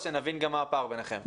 אז שנבין גם מה הפער ביניכם.